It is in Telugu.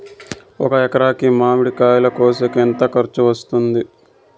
ఒక ఎకరాకి మామిడి కాయలు కోసేకి ఎంత ఖర్చు వస్తుంది?